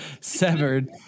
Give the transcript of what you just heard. Severed